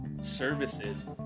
services